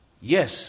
Yes